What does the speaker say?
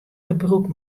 gebrûk